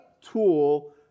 tool